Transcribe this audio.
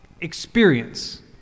experience